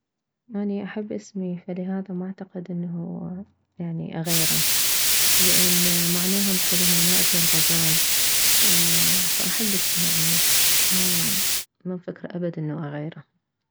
اني احب اسمي فلهذا ما اعتقدانه يعني اغيره لان مهناه هم حلو معناه ابن الغزال فأحب اسمي يعني ما ممفكرة ابد انه اغيره